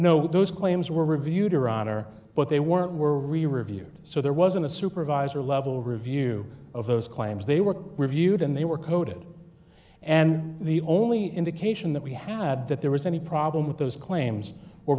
what those claims were reviewed or honor but they weren't were really reviewed so there wasn't a supervisor level review of those claims they were reviewed and they were coded and the only indication that we had that there was any problem with those claims were